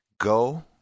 go